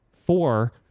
four